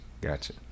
gotcha